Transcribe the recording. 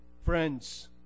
Friends